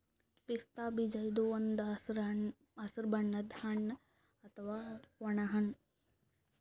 ಪಿಸ್ತಾ ಬೀಜ ಇದು ಒಂದ್ ಹಸ್ರ್ ಬಣ್ಣದ್ ಹಣ್ಣ್ ಅಥವಾ ಒಣ ಹಣ್ಣ್